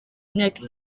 imyaka